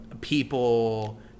people